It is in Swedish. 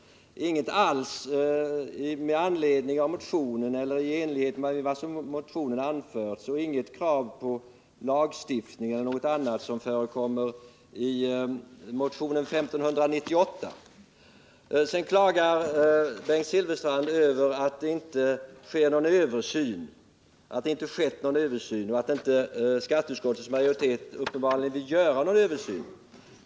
Inget krav med anledning av motionen eller i enlighet med vad som i motionen anförts, inget krav på lagstiftning, som förekommer i motionen 1598. Bengt Silfverstrand klagar över att det inte förekommit någon översyn och att skatteutskottets majoritet uppenbarligen inte vill göra någon översyn.